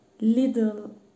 little